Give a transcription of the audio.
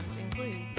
includes